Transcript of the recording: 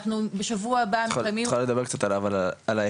אנחנו בשבוע הבא מקיימים את יכולה לדבר קצת אבל על ההיקפים,